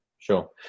Sure